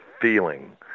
feeling